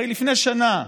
הרי לפני שנה,